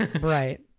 Right